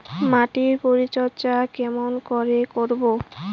মাটির পরিচর্যা কেমন করে করব?